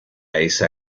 esa